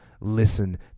listen